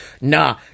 Nah